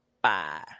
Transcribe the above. Bye